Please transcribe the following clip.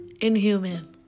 inhuman